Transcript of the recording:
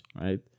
right